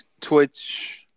Twitch